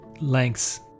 lengths